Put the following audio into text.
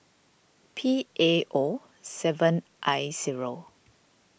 P A O seven I zero